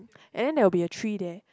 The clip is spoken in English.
and then there'll be a tree there